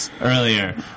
earlier